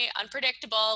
unpredictable